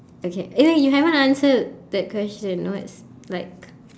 okay eh you haven't answered the question what's like